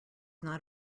not